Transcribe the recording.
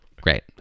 Great